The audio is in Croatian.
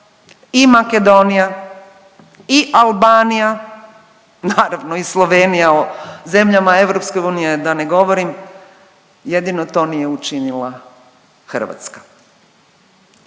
i Makedonija i Albanija, naravno i Slovenija, o zemljama EU da ne govorim, jedino to nije učinila Hrvatska.